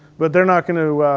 but they're not gonna, ah.